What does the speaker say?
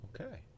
okay